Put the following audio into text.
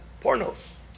Pornos